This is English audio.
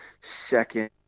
second